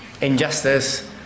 Injustice